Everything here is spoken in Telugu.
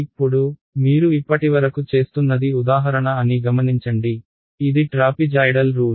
ఇప్పుడు మీరు ఇప్పటివరకు చేస్తున్నది ఉదాహరణ అని గమనించండి ఇది ట్రాపిజాయ్డల్ రూల్